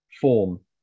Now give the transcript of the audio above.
form